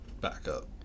backup